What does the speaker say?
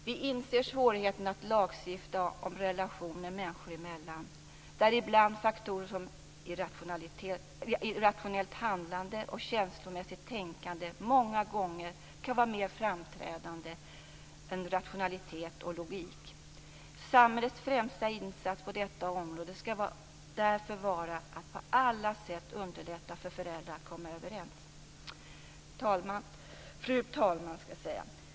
Vi inser svårigheten att lagstifta om relationer människor emellan, där ibland faktorer som irrationellt handlande och känslomässigt tänkande många gånger kan vara mer framträdande än rationalitet och logik. Samhällets främsta instats på detta område skall därför vara att på alla sätt underlätta för föräldrarna att komma överens. Fru talman!